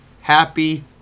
happy